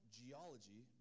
geology